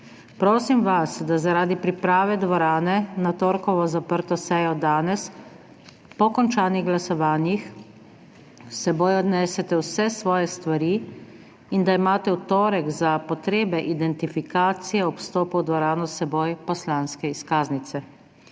Prosim vas, da zaradi priprave dvorane na torkovo zaprto sejo danes po končanih glasovanjih s seboj odnesete vse svoje stvari in da imate v torek za potrebe identifikacije ob vstopu v dvorano s seboj poslanske izkaznice.